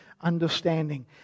understanding